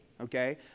okay